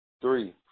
three